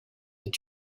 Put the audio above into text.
est